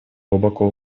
глубоко